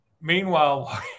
Meanwhile